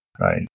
right